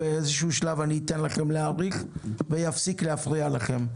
באיזה שהוא שלב אתן לכם להאריך ואפסיק להפריע לכם.